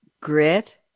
grit